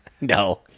No